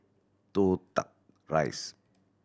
Toh Tuck Rise